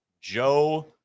Joe